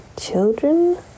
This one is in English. children